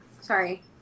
Sorry